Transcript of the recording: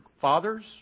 fathers